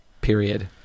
period